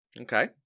Okay